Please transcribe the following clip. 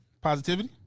Positivity